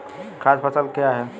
खाद्य फसल क्या है?